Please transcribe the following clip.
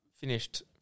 finished